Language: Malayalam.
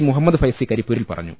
മുഹമ്മദ് ഫൈസി കരിപ്പൂരിൽ പറഞ്ഞു